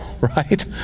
right